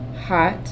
hot